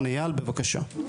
איל בבקשה.